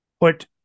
put